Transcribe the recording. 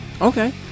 Okay